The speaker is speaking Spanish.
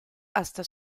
hasta